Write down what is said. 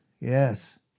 Yes